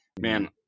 man